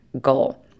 goal